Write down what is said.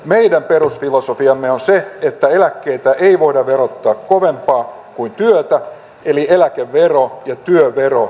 meidän perusfilosofiamme on se että äänestää ei voida verottaa kovempaa kuin työtä eli eläke veroa ja työvero